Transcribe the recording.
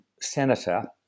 senator